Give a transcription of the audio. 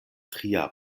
tria